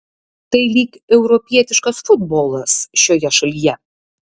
tai lyg europietiškas futbolas šioje šalyje